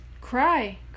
Cry